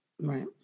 right